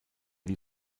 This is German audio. die